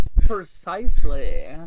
precisely